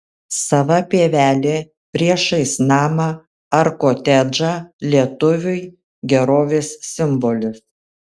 sava pievelė priešais namą ar kotedžą lietuviui gerovės simbolis